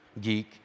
Geek